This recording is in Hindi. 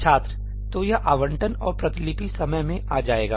छात्र तो यह आवंटन और प्रतिलिपि समय में आ जाएगा